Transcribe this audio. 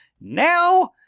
Now